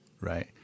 Right